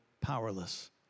powerless